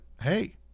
Hey